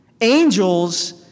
Angels